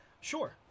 Sure